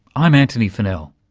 i'm antony funnell.